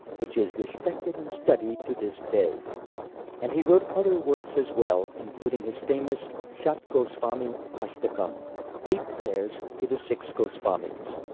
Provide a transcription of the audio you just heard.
which is respected and studied to this day and he wrote other works as well, including his famous shat goswami-ashtakam eight prayers to the six goswamis.